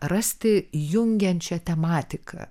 rasti jungiančią tematiką